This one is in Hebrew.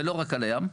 ולא רק על הים,